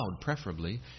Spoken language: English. preferably